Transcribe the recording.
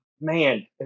man